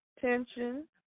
tension